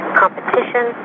competition